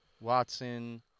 Watson